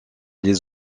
les